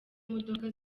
modoka